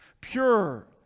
pure